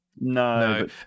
No